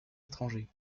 étrangers